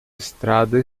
estrada